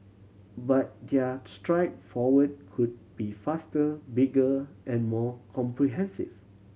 but their stride forward could be faster bigger and more comprehensive